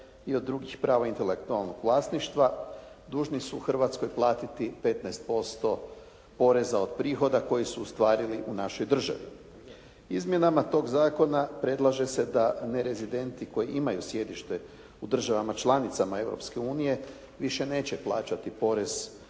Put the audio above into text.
i od drugih prava intelektualnog vlasništva dužni su Hrvatskoj platiti 15% poreza od prihoda koje su ostvarili u našoj državi. Izmjenama tog zakona predlaže se da nerezidenti koji imaju sjedište u državama članicama Europske unije više neće plaćati porez